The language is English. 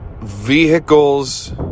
Vehicles